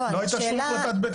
לא הייתה שום החלטת בית משפט.